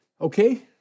Okay